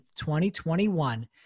2021